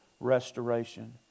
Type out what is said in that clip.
Restoration